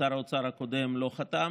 שר האוצר הקודם לא חתם,